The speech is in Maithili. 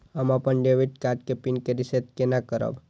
हम अपन डेबिट कार्ड के पिन के रीसेट केना करब?